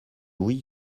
oui